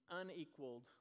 unequaled